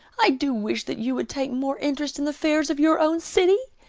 i do wish that you would take more interest in the affairs of your own city.